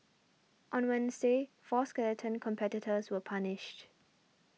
on Wednesday four skeleton competitors were punished